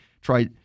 try